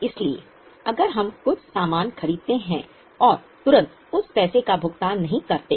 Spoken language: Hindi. इसलिए अगर हम कुछ सामान खरीदते हैं और तुरंत उस पैसे का भुगतान नहीं करते हैं